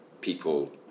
people